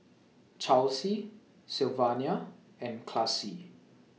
Chelsey Sylvania and Classie